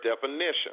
definition